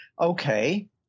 Okay